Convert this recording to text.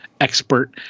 expert